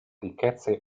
ricchezze